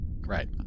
Right